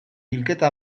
bilketa